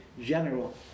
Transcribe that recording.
general